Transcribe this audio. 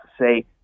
say